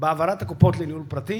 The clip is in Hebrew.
בהעברת הקופות לניהול פרטי